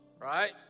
right